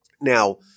Now